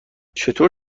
چطور